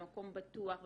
במקום בטוח,